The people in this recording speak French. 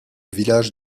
village